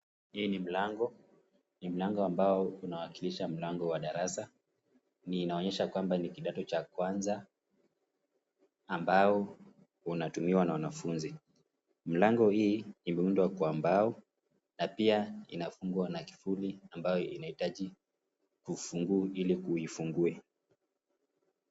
Hii ni mlango, ni mlango ambao inawakilisha mlango wa darasa, na inaonyesha kwamba ni kidato cha kwanza ambao unatumiwa na wanafunzi. Mlango hii iliundwa Kwa mbao, na pia inafungwa na kifuli ambayo inaitaji ufunguo ili uifunguwe.